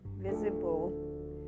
visible